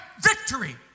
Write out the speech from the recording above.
victory